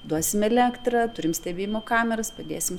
duosim elektrą turim stebėjimo kameras padėsim